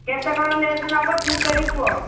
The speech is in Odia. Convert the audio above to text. କେତେ କ'ଣ ରେଟ୍ ନେବ ଠିକ୍ କରିକି କୁହ